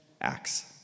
Acts